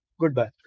Goodbye